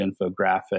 infographic